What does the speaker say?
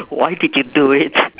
why did you do it